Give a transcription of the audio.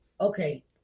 okay